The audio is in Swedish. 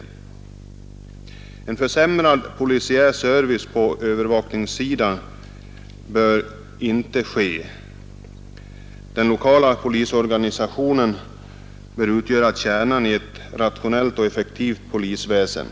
Den polisiära servicen på övervakningssidan bör inte försämras. Den lokala polisorganisationen bör utgöra kärnan i ett rationellt och effektivt polisväsen.